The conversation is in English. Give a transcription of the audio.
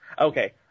Okay